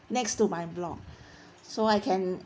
next to my block so I can